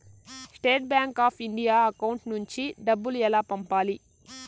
State bank of India account నుంచి డబ్బులు ఎలా పంపాలి?